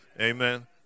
Amen